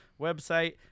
website